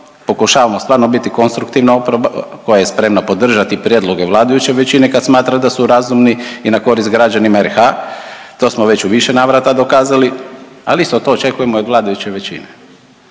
Pokušavamo stvarno biti konstruktivna oporba koja je spremna podržati prijedloge vladajuće većine kad smatra da su razumni i na korist građanima RH, to smo već u više navrata dokazali, ali isto to očekujemo i od vladajuće većine.